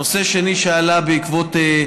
נושא שני שעלה בעקבות,